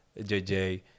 JJ